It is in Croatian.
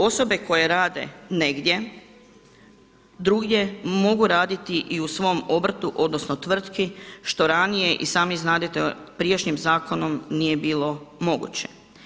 Osobe koje rade negdje drugdje mogu raditi i u svom obrtu odnosno tvrtki što ranije i sami znadete prijašnjim zakonom nije bilo moguće.